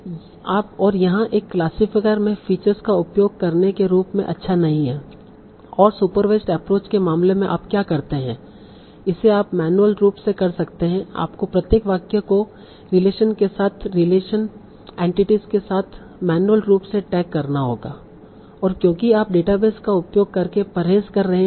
और यहां एक क्लासिफायर में फीचर्स का उपयोग करने के रूप में अच्छा नहीं है और सुपरवाइसड एप्रोच के मामले में आप क्या करते हैं इसे आप मैन्युअल रूप से कर सकते है आपको प्रत्येक वाक्य को रिलेशन के साथ रिलेशन एंटिटीस के साथ मैन्युअल रूप से टैग करना होगा और क्योंकि आप डेटाबेस का उपयोग करके परहेज कर रहे हैं